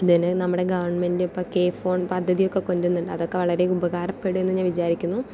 അതിൽ നമ്മുടെ ഗവൺമെൻ്റ് ഇപ്പോൾ കെ ഫോൺ പദ്ധതി ഒക്കെ കൊണ്ട് വന്നു അതൊക്കെ വളരെ ഉപകാരപ്പെടും എന്ന് ഞാൻ വിചാരിക്കുന്നു